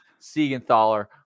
siegenthaler